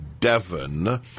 Devon